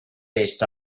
based